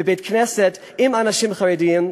בבית-כנסת עם אנשים חרדים,